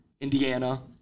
Indiana